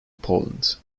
poland